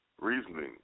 reasoning